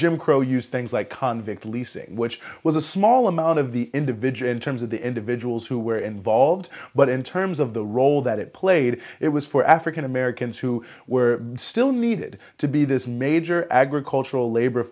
used things like convict leasing which was a small amount of the individual in terms of the individuals who were involved but in terms of the role that it played it was for african americans who were still needed to be this major agricultural labor